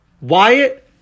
Wyatt